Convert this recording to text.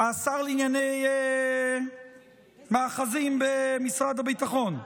השר לענייני מאחזים במשרד הביטחון.